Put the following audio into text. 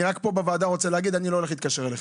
אני רק רוצה להגיד שאני לא הולך להתקשר אליכם.